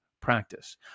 practice